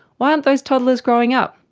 why aren't those toddlers growing up?